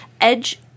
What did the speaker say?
Edge